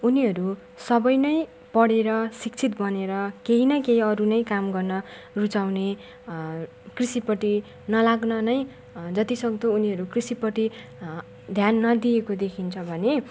उनीहरू सबै नै पढेर शिक्षित बनेर केही न केही अरू नै काम गर्न रुचाउने कृषिपट्टि नलाग्न नै जतिसक्दो उनीहरू कृषिपट्टि ध्यान नदिएको देखिन्छ भने